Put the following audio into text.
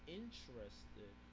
interested